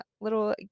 little